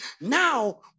Now